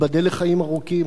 ייבדל לחיים ארוכים,